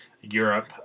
Europe